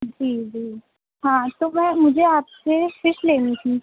جی جی ہاں تو میم مجھے آپ سے فش لینی تھی